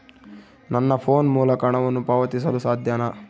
ನನ್ನ ಫೋನ್ ಮೂಲಕ ಹಣವನ್ನು ಪಾವತಿಸಲು ಸಾಧ್ಯನಾ?